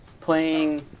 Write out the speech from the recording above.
playing